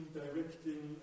directing